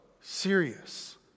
serious